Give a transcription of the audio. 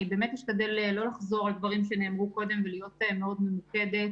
אני אשתדל לא לחזור על דברים שנאמרו קודם ולהיות מאוד ממוקדת.